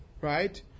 right